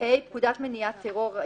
(ה)פקודת מניעת טרור,